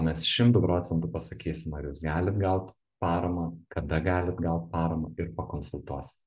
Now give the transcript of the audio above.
mes šimtu procentų pasakysim ar jūs galit gaut paramą kada galit gaut paramą ir pakonsultuosi